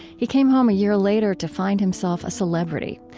he came home a year later to find himself a celebrity.